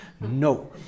No